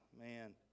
man